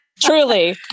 Truly